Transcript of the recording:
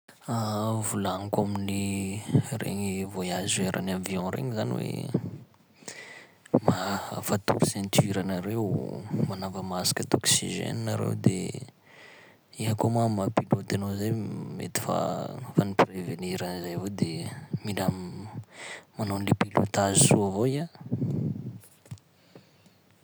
Volagniko amin'ny regny voyageur-an'ny avion regny zany hoe ma- afatory ceinture-nareo, manava masque d'oxygène nareo de iha koa ma amy maha pilote anao zay mety fa fa ni-prevenir an'izay avao de mila manao an'le pilotage soa avao iha.